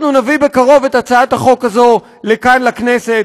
אנחנו נביא בקרוב את הצעת החוק הזאת לכאן, לכנסת.